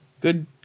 Good